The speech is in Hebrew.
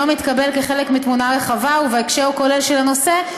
מתקבל כחלק מתמונה רחבה ובהקשר כולל של הנושא,